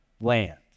land